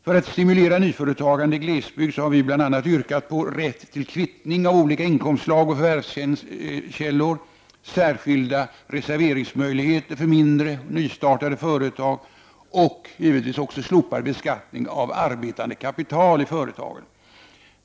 För att stimulera nyföretagande i glesbygd har vi bl.a. yrkat på rätt till kvittning av olika inkomstslag och förvärvskällor, särskilda reserveringsmöjligheter för mindre, nystartade företag och givetvis också slopad beskattning av arbetande kapital i företagen.